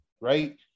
right